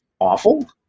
awful